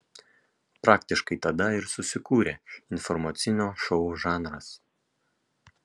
praktiškai tada ir susikūrė informacinio šou žanras